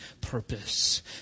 purpose